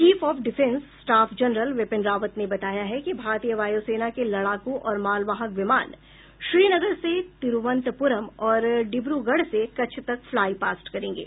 chief of defence staff general Bipin Rawat ने बताया है कि भारतीय वायुसेना के लड़ाकू और मालवाहक विमान श्रीनगर से तिरूवनंतपुरम और डिब्रूगढ़ से कच्छ तक फ्लाइ पास्ट करेंगे